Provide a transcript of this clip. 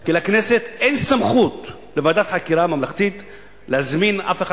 כי לכנסת אין סמכות של ועדת חקירה ממלכתית להזמין אף אחד